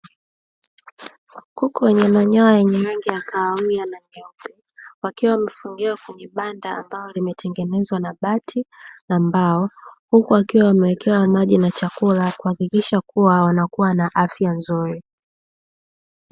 Kuku wenye manyonya wenye rangi ya kahawia wakiwa wamefungiwa kwenye banda, ambalo limetengenezwa na bati na mbao. Huku wakiwa wamewekewa maji na chakula kuhakikisha kuwa wanakuwa na afya nzuri.